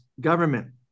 government